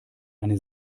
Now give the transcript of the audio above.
eine